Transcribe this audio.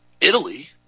Italy